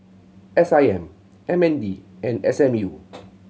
S I M M N D and S M U